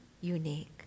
unique